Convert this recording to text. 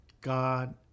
God